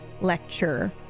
lecture